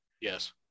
Yes